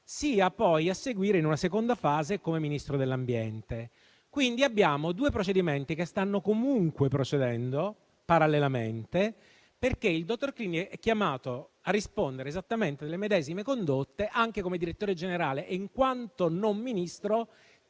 sia poi a seguire, in una seconda fase, come Ministro dell'ambiente. Quindi, abbiamo due procedimenti che stanno comunque procedendo parallelamente perché il dottor Clini è chiamato a rispondere esattamente delle medesime condotte anche come direttore generale e, in quanto non Ministro,